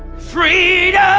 freedom.